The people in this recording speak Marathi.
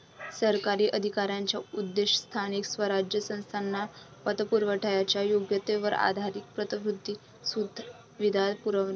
सरकारी अधिकाऱ्यांचा उद्देश स्थानिक स्वराज्य संस्थांना पतपुरवठ्याच्या योग्यतेवर आधारित पतवृद्धी सुविधा पुरवणे